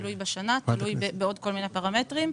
תלוי בשנה ובעוד כל מיני פרמטרים.